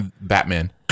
Batman